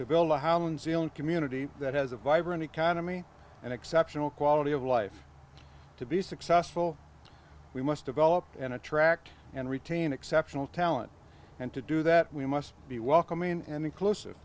own community that has a vibrant economy an exceptional quality of life to be successful we must develop and attract and retain exceptional talent and to do that we must be welcoming and inclusive